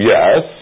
Yes